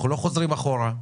אנחנו לא חוזרים אחורה,